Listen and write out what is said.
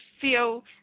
feel